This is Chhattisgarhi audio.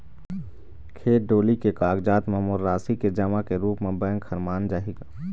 खेत डोली के कागजात म मोर राशि के जमा के रूप म बैंक हर मान जाही का?